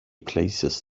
places